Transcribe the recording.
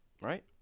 right